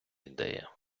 ідея